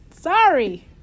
sorry